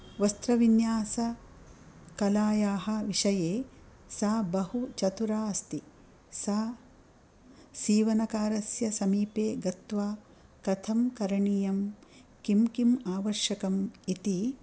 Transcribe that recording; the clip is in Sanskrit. वस्त्रविन्यासकलायाः विषये सा बहु चतुरा अस्ति सा सीवनकारस्य समीपे गत्वा कथं करणीयं किं किम् आवश्यकम् इति